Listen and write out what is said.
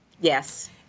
Yes